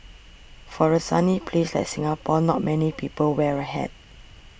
for a sunny place like Singapore not many people wear a hat